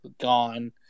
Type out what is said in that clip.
gone